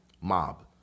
mob